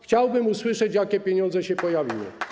Chciałbym usłyszeć, jakie pieniądze się pojawiły.